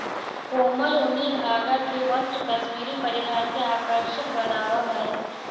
कोमल ऊनी धागा के वस्त्र कश्मीरी परिधान के आकर्षक बनावऽ हइ